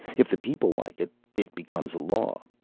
if the people like it, it becomes a law.